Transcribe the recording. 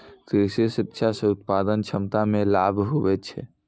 कृषि शिक्षा से उत्पादन क्षमता मे लाभ हुवै छै